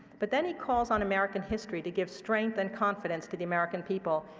but then he calls on american history to give strength and confidence to the american people.